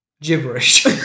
gibberish